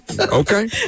Okay